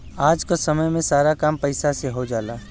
आज क समय में सारा काम पईसा से हो जाला